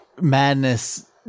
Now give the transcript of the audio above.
madness